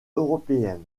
européenne